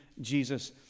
Jesus